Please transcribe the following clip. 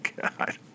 God